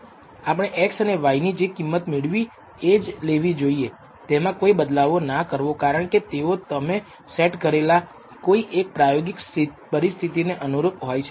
આપણે x અને y ની જે કિંમત મેળવી એ જ લેવી જોઈએ તેમાં કોઈ બદલાવો ના કરવો કારણ કે તેઓ તમે સેટ કરેલ કોઈ એક પ્રાયોગિક પરિસ્થિતિ ને અનુરૂપ હોય છે